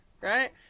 Right